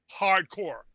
Hardcore